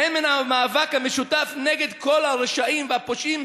והן מהמאבק המשותף נגד כל הרשעים והפושעים,